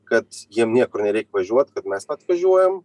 kad jiem niekur nereik važiuot kad mes atvažiuojam